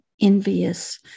envious